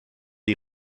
die